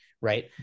right